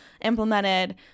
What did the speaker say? implemented